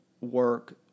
work